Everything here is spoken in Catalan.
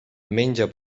menja